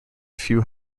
few